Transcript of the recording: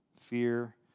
fear